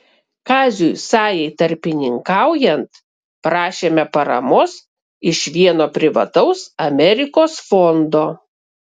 kaziui sajai tarpininkaujant prašėme paramos iš vieno privataus amerikos fondo